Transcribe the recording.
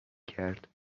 کرد